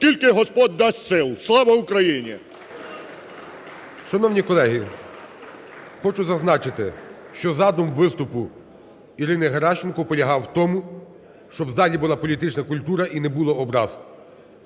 скільки Господь дасть сил. Слава Україні! ГОЛОВУЮЧИЙ. Шановні колеги, хочу зазначити, що задум виступу Ірини Геращенко полягав в тому, щоб в залі була політична культура і не було образ.